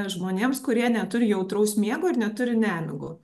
žmonėms kurie neturi jautraus miego ir neturi nemigų